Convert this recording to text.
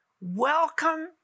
Welcome